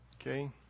okay